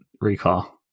recall